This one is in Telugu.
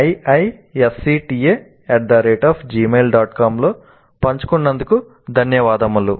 com లో పంచుకున్నందుకు ధన్యవాదాలు